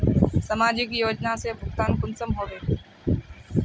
समाजिक योजना से भुगतान कुंसम होबे?